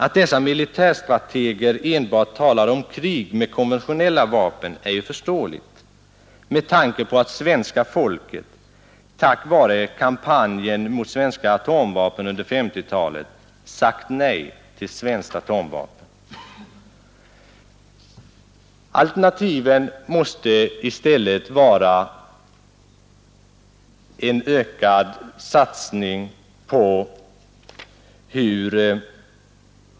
Att dessa militärstrateger enbart talar om krig med konventionella vapen är ju förståeligt med tanke på att svenska folket — tack vare kampanjen mot svenska atomvapen under 1950-talet — sagt nej till svenskt atomvapen.